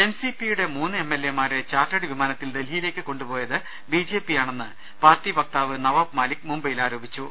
N C പിയുടെ മൂന്ന് M L എമാരെ ചാർട്ടേഡ് വിമാന ത്തിൽ ഡൽഹിയിലേക്ക് കൊണ്ടുപോയത് ബി ജെ പിയാണെന്ന് പാർട്ടി വക്താവ് നവാബ് മാലിക് മുംബൈയിൽ ആരോപിച്ചു